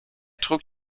trug